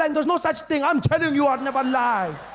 um there's no such thing! i'm telling you i never lie.